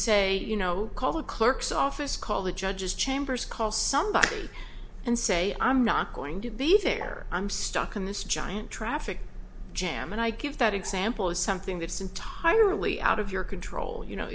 say you know call the clerk's office call the judge's chambers call somebody and say i'm not going to be there i'm stuck in this giant traffic jam and i give that example is something that's entirely out of your control you know